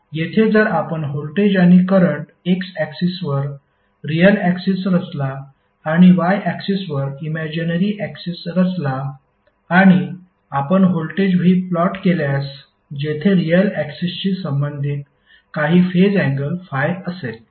येथे जर आपण व्होल्टेज आणि करंट एक्स ऍक्सिसवर रियाल ऍक्सिस रचला आणि y ऍक्सिसवर इमॅजीनरी ऍक्सिस रचला आणि आपण व्होल्टेज V प्लॉट केल्यास जेथे रियाल ऍक्सिसशी संबंधित काही फेज एंगल फाय असेल